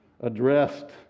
addressed